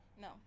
No